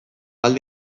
alde